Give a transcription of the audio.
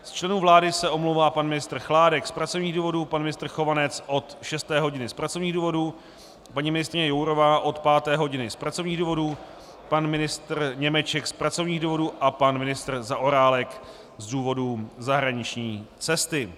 Z členů vlády se omlouvá pan ministr Chládek z pracovních důvodů, pan ministr Chovanec od šesté hodiny z pracovních důvodů, paní ministryně Jourová od páté hodiny z pracovních důvodů, pan ministr Němeček z pracovních důvodů a pan ministr Zaorálek z důvodu zahraniční cesty.